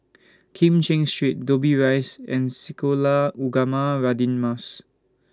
Kim Cheng Street Dobbie Rise and Sekolah Ugama Radin Mas